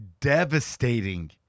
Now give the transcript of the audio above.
devastating